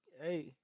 Hey